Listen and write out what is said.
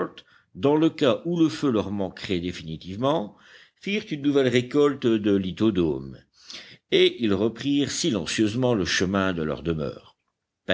dans le cas où le feu leur manquerait définitivement firent une nouvelle récolte de lithodomes et ils reprirent silencieusement le chemin de leur demeure